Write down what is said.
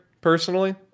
personally